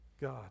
God